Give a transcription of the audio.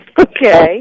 Okay